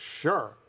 sure